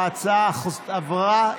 ההצעה עברה,